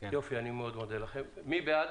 מי בעד